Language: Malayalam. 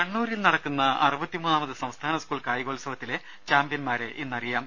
കണ്ണൂരിൽ നടക്കുന്ന അറുപത്തി മൂന്നാമത് സംസ്ഥാന സ് കൂൾ കായികോത്സവത്തിലെ ചാംപ്യൻമാരെ ഇന്നറിയാം